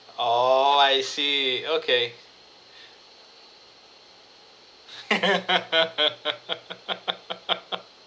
oh I see okay